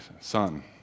son